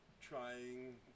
Trying